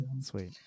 Sweet